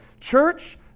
Church